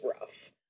rough